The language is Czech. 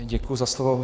Děkuji za slovo.